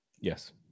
Yes